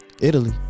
Italy